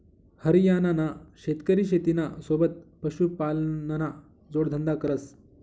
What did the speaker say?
हरियाणाना शेतकरी शेतीना सोबत पशुपालनना जोडधंदा करस